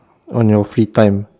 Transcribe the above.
on your free time